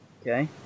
Okay